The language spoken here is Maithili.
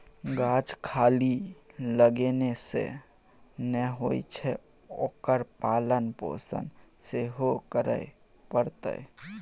गाछ खाली लगेने सँ नै होए छै ओकर पालन पोषण सेहो करय पड़तै